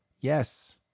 Yes